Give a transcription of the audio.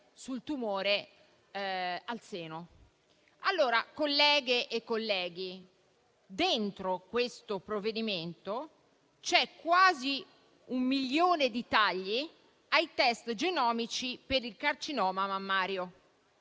sul tumore al seno. Colleghe e colleghi, questo provvedimento prevede quasi un milione di tagli ai test genomici per il carcinoma mammario.